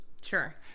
Sure